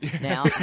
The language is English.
now